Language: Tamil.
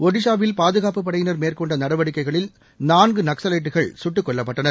ஜடிஸாவில் பாதுகாப்புப் படையினர் மேற்கொண்ட நடவடிக்கைகளில் நான்கு நக்ஸவைட்டுகள் கட்டுக் கொல்லப்பட்டனர்